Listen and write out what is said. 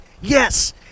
Yes